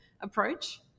approach